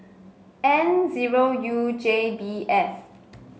N zero U J B F